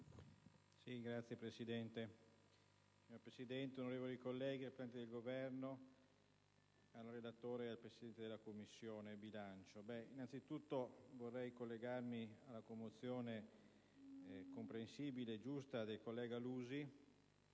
Signora Presidente, onorevoli colleghi, rappresentanti del Governo, signor relatore presidente della Commissione bilancio, innanzi tutto vorrei collegarmi alla commozione comprensibile e giusta del collega Lusi,